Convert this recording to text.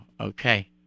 Okay